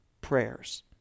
prayers